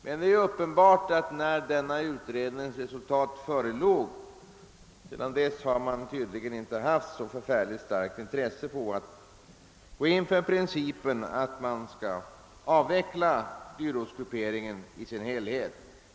Men det är uppenbart att sedan denna utredning redovisat resultatet av sitt arbete har regeringen inte haft så starkt intresse av att avveckla dyrortsgrupperingen i dess helhet.